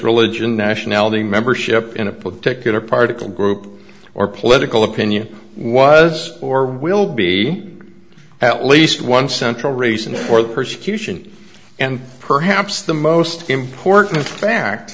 religion nationality membership in a particular particle group or political opinion was or will be at least one central reason for the persecution and perhaps the most important fact